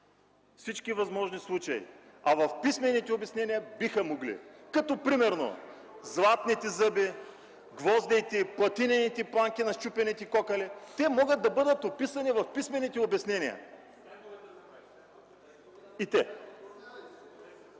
всички възможни случаи. В писмените обяснения обаче биха могли, например златните зъби, гвоздеите, платинените планки на счупените кокали – те могат да бъдат описани в писмените обяснения.